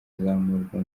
kuzamurwa